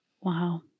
Wow